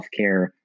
healthcare